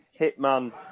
Hitman